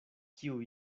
kiu